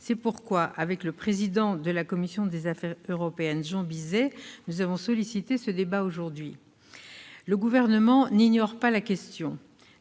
C'est pourquoi, avec le président de la commission des affaires européennes, Jean Bizet, nous avons sollicité ce débat aujourd'hui. Le Gouvernement n'ignore pas la question.